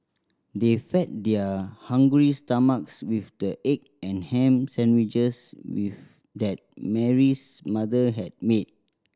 they fed their hungry stomachs with the egg and ham sandwiches with that Mary's mother had made